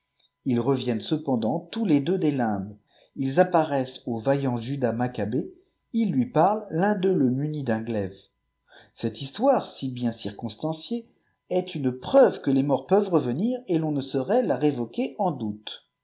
ils reviennent cependant tous les deux des limbes ils apparaissent au vaillant judas machabée ils lui parlent tun d'eux le munit d'un glaive cette histoire si bien circonstanciée est une preuve que les morts peuvent revenir et l'on ne saurait la révoquer en oute